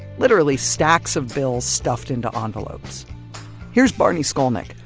literally stacks of bills stuffed into um envelopes here's barney skolnik,